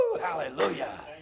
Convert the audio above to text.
Hallelujah